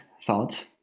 thought